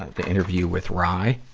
the interview with ry.